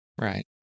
Right